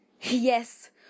Yes